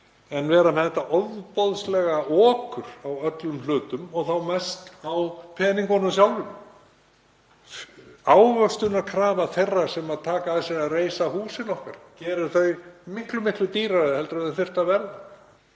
en vera með þetta ofboðslega okur á öllum hlutum og þá mest á peningunum sjálfum. Ávöxtunarkrafa þeirra sem taka að sér að reisa húsin okkar gerir þau miklu dýrari en þau þyrftu að vera.